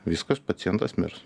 viskas pacientas mirs